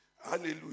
Hallelujah